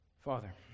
Father